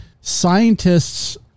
scientists